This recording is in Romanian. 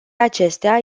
acestea